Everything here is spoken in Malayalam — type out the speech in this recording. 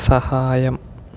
സഹായം